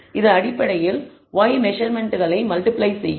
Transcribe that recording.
இது அடிப்படையில் y மெசர்மென்ட்களை மல்டிபிளை செய்யும்